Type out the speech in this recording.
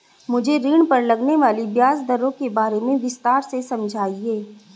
मुझे ऋण पर लगने वाली ब्याज दरों के बारे में विस्तार से समझाएं